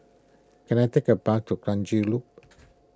can I take a bus to Kranji Loop